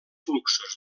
fluxos